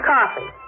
Coffee